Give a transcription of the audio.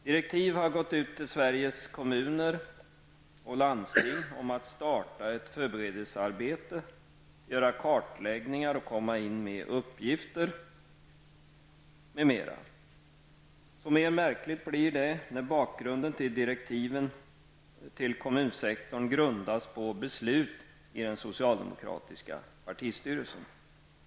Direktiv har gått ut till Sveriges kommuner och landsting om att starta ett förberedelsearbete, göra kartläggningar och komma in med uppgifter m.m. Så mycket mer märkligt blir detta mot bakgrund av att direktiven till kommunsektorn grundas på beslut i den socialdemokratiska partistyrelsen.